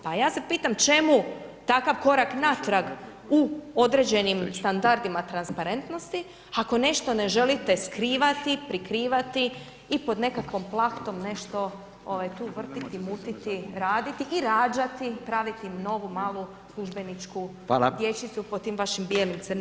Pa ja se pitam čemu takav korak natrag u određenim standardima transparentnosti, ako nešto ne želite skrivati, prikrivati i pod nekakvom plahtom, nešto tu vratiti, mutiti, raditi i rađati, praviti na ovu malu službeničku dječicu po tim vašim bijelim crnim